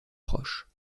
proches